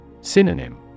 Synonym